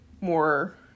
more